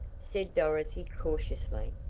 said dorothy, cautiously.